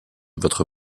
votre